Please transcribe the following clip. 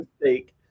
mistake